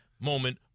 moment